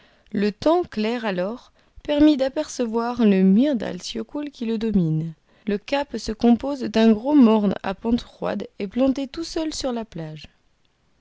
le temps clair alors permit d'apercevoir le myrdals yocul qui le domine le cap se compose d'un gros morne à pentes roides et planté tout seul sur la plage